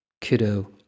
Kiddo